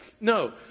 No